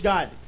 God